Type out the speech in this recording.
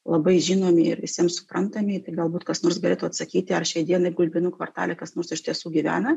labai žinomi ir visiems suprantami galbūt kas nors galėtų atsakyti ar šiai dienai gulbinų kvartale kas nors iš tiesų gyvena